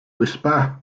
whisper